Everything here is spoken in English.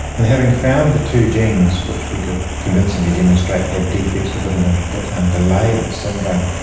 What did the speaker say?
and having found the two genes which we could convincingly demonstrate had defects within them that underlay the syndrome,